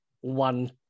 one